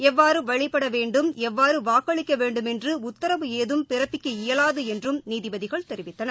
எவ்வாறுவழிபடவேண்டும் எவ்வாறுவாக்களிக்கவேண்டும் என்றும் உத்தரவு எதும் பிறப்பிக்க இயலாதுஎன்றுநீதிபதிகள் தெரிவித்தனர்